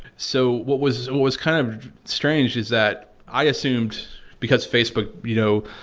so what was was kind of strange is that i assumed because facebook, you know,